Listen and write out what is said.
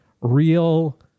real